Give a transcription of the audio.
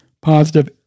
positive